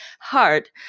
hard